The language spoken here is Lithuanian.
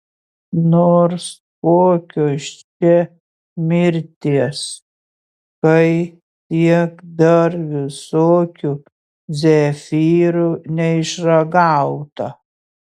nors kokios čia mirties kai tiek dar visokių zefyrų neišragauta